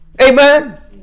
Amen